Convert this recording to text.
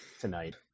tonight